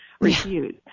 refuse